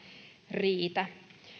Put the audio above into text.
riitä